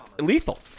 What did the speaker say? lethal